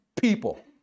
people